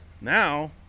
now